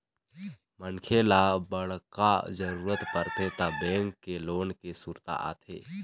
मनखे ल बड़का जरूरत परथे त बेंक के लोन के सुरता आथे